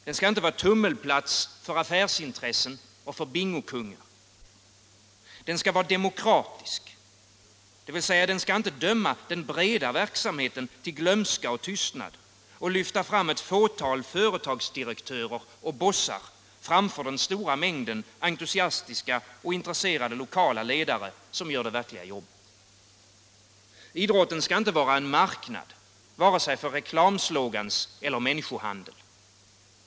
Den skall inte vara tummelplats för affärsintressen och bingokungar. Den skall vara demokratisk —- dvs. den skall inte döma den breda verksamheten till glömska och tystnad och lyfta fram ett fåtal företagsdirektörer och bossar framför den stora mängden entusiastiska och intresserade lokala ledare som gör det verkliga jobbet. Idrotten skall inte vara en marknad — vare sig för reklamslogans eller människohandel.